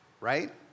Right